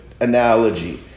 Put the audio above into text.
analogy